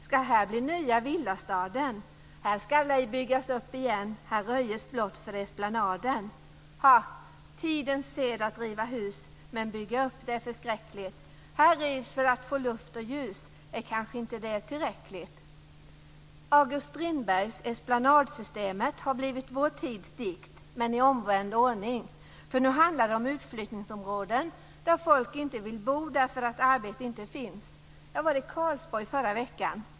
Skall här bli nya villa staden?" "- Här skall ej byggas upp igen; Här röjes blott för Esplanaden!" "- Ha! Tidens sed: att riva hus! Men bygga upp? - Det är förskräckligt!" "- Här rivs för att få luft och ljus: Är kanske inte det tillräckligt?" August Strindbergs Esplanadsystemet har blivit vår tids dikt, men i omvänd ordning. Nu handlar det om utflyttningsområden, där folk inte vill bo därför att arbete inte finns. Jag var i Karlsborg förra veckan.